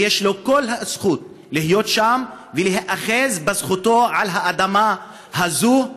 ויש לו את כל הזכות להיות שם ולהיאחז בזכותו על האדמה הזאת,